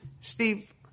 Steve